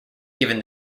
given